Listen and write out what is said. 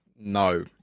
No